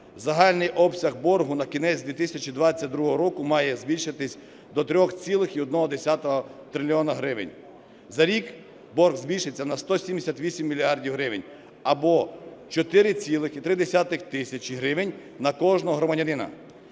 Загальний обсяг боргу на кінець 2022 року має збільшитись до 3,1 трильйона гривень. За рік борг збільшиться на 178 мільярдів гривень, або 4,3 тисячі гривень, на кожного громадянина.